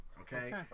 Okay